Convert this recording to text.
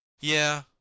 Yeah